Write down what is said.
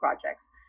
projects